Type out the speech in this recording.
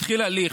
שהתחיל הליך.